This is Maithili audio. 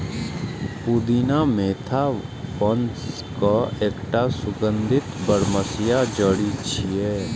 पुदीना मेंथा वंशक एकटा सुगंधित बरमसिया जड़ी छियै